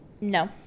No